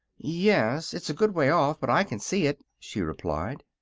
yes it's a good way off, but i can see it, she replied.